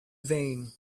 vain